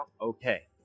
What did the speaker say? okay